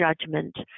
judgment